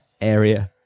area